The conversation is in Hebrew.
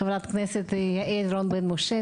ח"כ יעל רון בן משה.